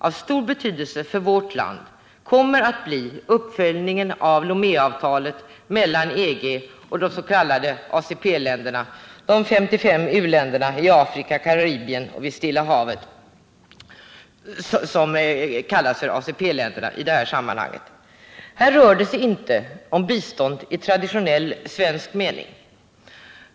Av stor betydelse för vårt land kommer att bli uppföljningen av Lomékonventionen mellan EG och de s.k. ACP-länderna, de 55 u-länderna i Afrika, Karibien och Stilla havet. Här rör det sig inte om bistånd i traditionell svensk mening.